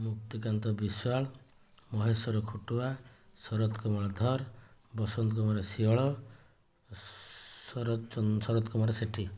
ମୁକ୍ତିକାନ୍ତ ବିଶ୍ୱାଳ ମହେଶ୍ୱର ଖଟୁଆ ଶରତ କୁମାର ଧର୍ ବସନ୍ତ କୁମାର ସିଂହଳ ଶରତ କୁମାର ସେଠି